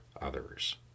others